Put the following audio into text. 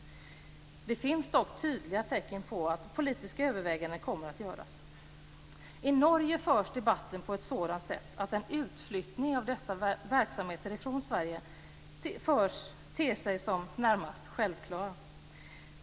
Det finns dock tydliga tecken på att politiska överväganden kommer att göras. I Norge förs debatten på ett sådant sätt att en utflyttning av dessa verksamheter från Sverige ter sig som närmast självklar.